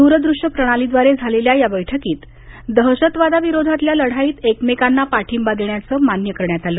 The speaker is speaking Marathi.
दूरदृश्य प्रणालीद्वारे झालेल्या या बैठकीत दहशतवादाविरोधातल्या लढाईत एकमेकांना पाठींबा देण्याचं यावेळी मान्य करण्यात आलं